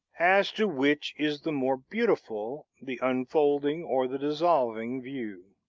as to which is the more beautiful, the unfolding or the dissolving view.